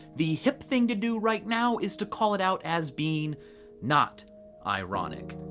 the hip thing to do right now is to call it out as being not ironic.